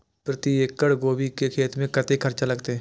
प्रति एकड़ गोभी के खेत में कतेक खर्चा लगते?